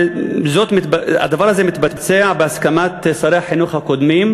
הדבר הזה מתבצע בהסכמת שרי החינוך הקודמים,